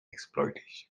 exploitation